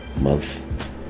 month